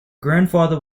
grandfather